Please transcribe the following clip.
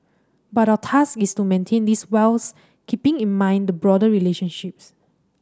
but our task is to maintain this whilst keeping in mind the broader relationships